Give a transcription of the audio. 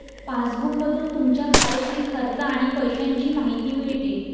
पासबुकमधून तुमच्या खात्यातील खर्च आणि पैशांची माहिती मिळते